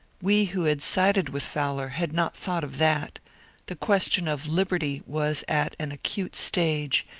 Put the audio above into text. we who had sided with fowler had not thought of that the question of liberty was at an acute stage,